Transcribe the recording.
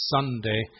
Sunday